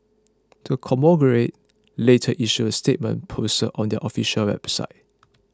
the conglomerate later issued a statement posted on their official website